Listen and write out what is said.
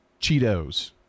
Cheetos